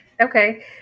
okay